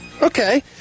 Okay